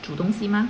煮东西吗